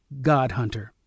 Godhunter